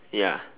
ya